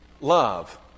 love